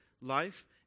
life